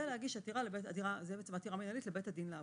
זה להגיש עתירה מנהלית לבית הדין לעבודה.